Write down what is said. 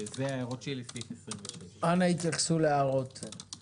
אלה הערותיי לסעיף 26. אנא התייחסו להערות.